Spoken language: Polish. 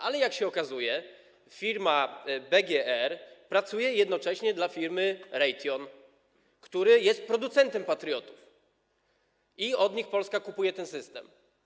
Ale jak się okazuje, firma BGR pracuje jednocześnie dla firmy Raytheon, która jest producentem patriotów, i to od nich Polska kupuje ten system.